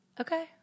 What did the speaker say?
Okay